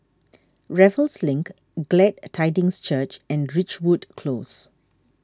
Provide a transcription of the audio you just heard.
Raffles Link Glad Tidings Church and Ridgewood Close